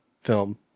film